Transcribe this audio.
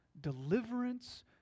deliverance